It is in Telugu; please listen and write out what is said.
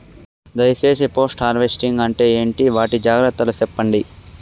దయ సేసి పోస్ట్ హార్వెస్టింగ్ అంటే ఏంటి? వాటి జాగ్రత్తలు సెప్పండి?